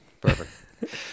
Perfect